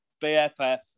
BFF